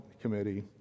committee